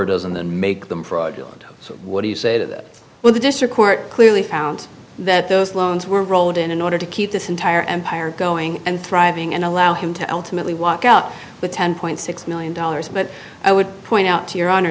over doesn't then make them fraudulent so what do you say that when the district court clearly found that those loans were rolled in in order to keep this entire empire going and thriving and allow him to ultimately walk out with ten point six million dollars but i would point out to your honor